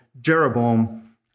Jeroboam